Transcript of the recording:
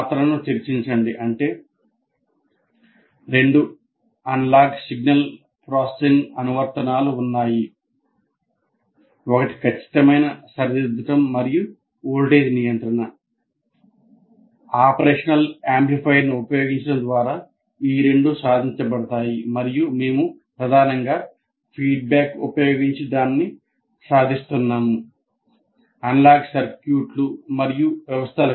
పాత్రను చర్చించండి అంటే 2 అనలాగ్ సిగ్నల్ ప్రాసెసింగ్ అనువర్తనాలు ఉన్నాయి ఒకటి ఖచ్చితమైన సరిదిద్దడం మరియు వోల్టేజ్ నియంత్రణ